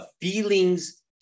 feelings